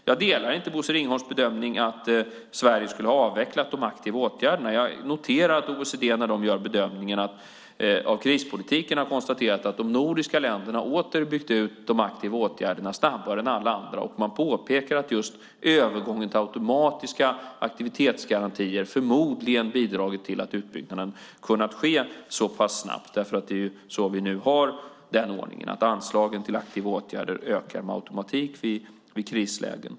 Jag delar inte Bosse Ringholms bedömning att Sverige skulle ha avvecklat de aktiva åtgärderna. Jag noterar att OECD i sin bedömning av krispolitiken har konstaterat att de nordiska länderna åter har byggt ut de aktiva åtgärderna snabbare än alla andra. Man påpekar att just övergången till automatiska aktivitetsgarantier förmodligen har bidragit till att utbyggnaden har kunnat ske så snabbt. Vi har ju ordningen att anslagen till aktiva åtgärder med automatik ökar vid krislägen.